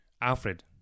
Alfred